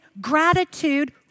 gratitude